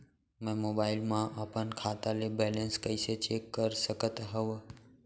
मैं मोबाइल मा अपन खाता के बैलेन्स कइसे चेक कर सकत हव?